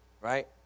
right